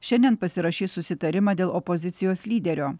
šiandien pasirašys susitarimą dėl opozicijos lyderio